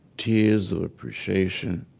tears of appreciation,